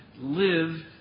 live